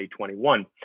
2021